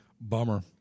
Bummer